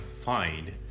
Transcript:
find